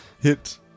hit